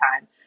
time